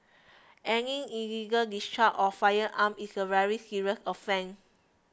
any illegal discharge of firearms is a very serious offence